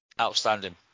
Outstanding